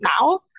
now